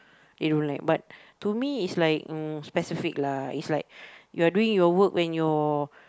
they don't like but to me is like uh specific lah is like you're doing your work when your